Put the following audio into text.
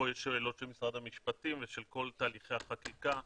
פה יש שאלות של משרד המשפטים ושל כל תהליכי החקיקה.